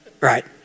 right